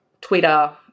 Twitter